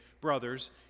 Brothers